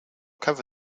cover